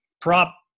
prop